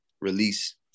release